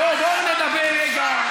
בבקשה.